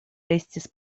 estis